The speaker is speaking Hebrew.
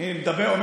אני לא שרה תורנית.